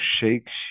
shakes